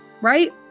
right